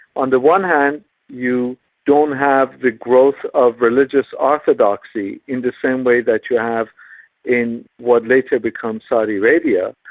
and one hand you don't have the growth of religious orthodoxy in the same way that you have in what later becomes saudi arabia,